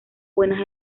buenas